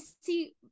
see